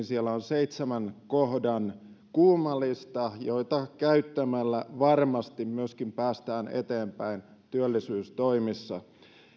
siellä on seitsemän kohdan kuuma lista jota käyttämällä varmasti päästään eteenpäin työllisyystoimissa